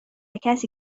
کسی